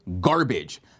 garbage